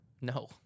No